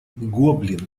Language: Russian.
гоблин